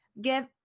give